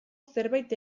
zerbait